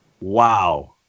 Wow